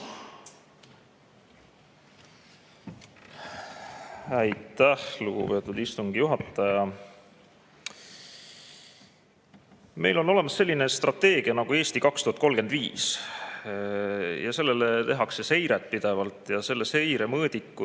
Aitäh, lugupeetud istungi juhataja! Meil on olemas selline strateegia nagu "Eesti 2035". Sellele tehakse seiret pidevalt ja selle seire mõõdikute